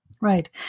Right